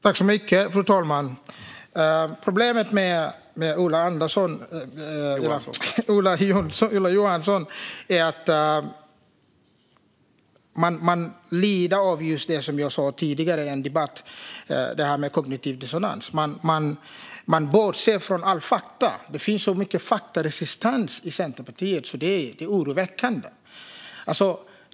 Fru talman! Problemet med Ola Johansson är att han lider av just det som jag nämnde tidigare i en debatt: kognitiv dissonans. Han bortser från alla fakta. Det finns så mycket faktaresistens i Centerpartiet att det är oroväckande.